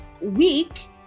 week